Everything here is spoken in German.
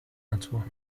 natur